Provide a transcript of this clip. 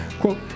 quote